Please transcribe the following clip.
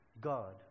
God